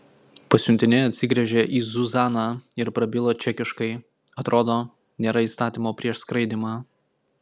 pasiuntinė atsigręžė į zuzaną ir prabilo čekiškai atrodo nėra įstatymo prieš skraidymą